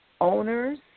owners